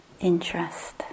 interest